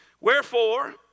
Wherefore